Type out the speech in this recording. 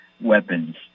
weapons